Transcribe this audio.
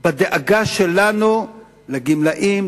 בדאגה שלנו לגמלאים,